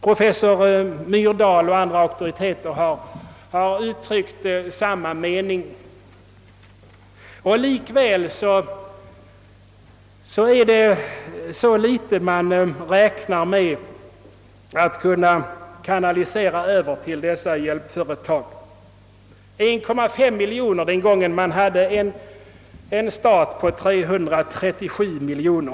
Professor Myrdal och andra auktoriteter har uttryckt samma mening. Likväl är det mycket litet man räknar med att kunna kanalisera över dessa hjälpföretag. Det blev 1,5 miljon kronor den gång vi hade en stat på 337 miljoner kronor.